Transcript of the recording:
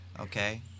Okay